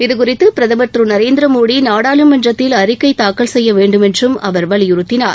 இது குறித்து பிரதம் திரு நரேந்திரமோடி நாடாளுமன்றத்தில் அறிக்கை தாக்கல் செய்ய வேண்டுமென்றும் அவர் வலியுறுத்தினார்